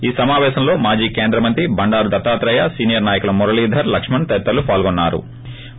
ఈ సమాపేశంలో మాజీ కేంద్రమంత్రి బండారు దత్తాత్రేయ సీనియర్ నాయకులు మురళీధర్ లక్ష్మణ్ తదితరులు పాల్గొన్నారు